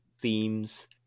themes